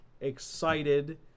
excited